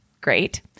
great